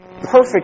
perfect